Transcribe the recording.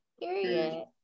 period